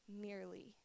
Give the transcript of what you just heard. merely